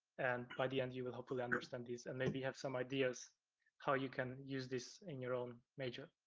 and by the end you will hopefully understand this and maybe have some ideas how you can use this in your own major.